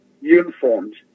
uniforms